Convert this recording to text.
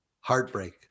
heartbreak